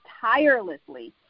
tirelessly